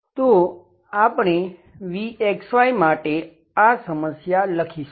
તો આપણે v માટે આ સમસ્યા લખીશું